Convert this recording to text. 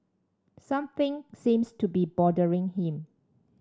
something seems to be bothering him